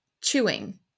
chewing